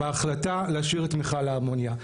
בהחלטה להשאיר את מיכל האמונייה,